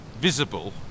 visible